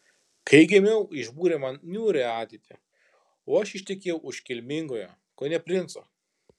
kai gimiau išbūrė man niūrią ateitį o aš ištekėjau už kilmingojo kone princo